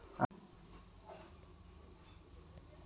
Account తెరవడానికి ఎంత డబ్బు ఉండాలి?